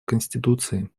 конституции